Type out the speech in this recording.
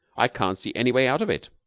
i can't see any way out of it.